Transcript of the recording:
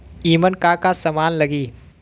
ईमन का का समान लगी?